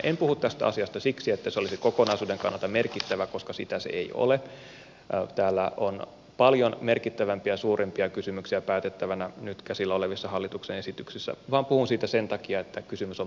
en puhu tästä asiasta siksi että se olisi kokonaisuuden kannalta merkittävää koska sitä se ei ole näissä nyt käsillä olevissa hallituksen esityksissä on paljon merkittävämpiä ja suurempia kysymyksiä päätettävänä vaan puhun siitä sen takia että kysymys on periaatteellinen